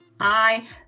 Hi